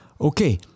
okay